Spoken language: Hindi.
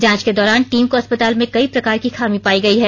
जांच के दौरान टीम को अस्पताल में कई प्रकार की खामी पाई गई है